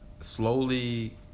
slowly